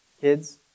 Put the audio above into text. Kids